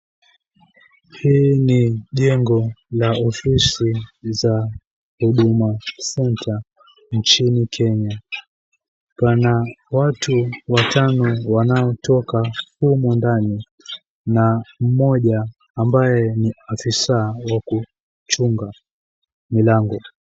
Hili ni jengo la ofisi za Huduma Center nchini Kenya. Kuna watu watano wanaotoka humu ndani na mmoja ambaye ni afisa wa kuchunga milango.